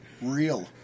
real